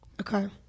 Okay